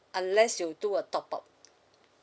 unless you do a top up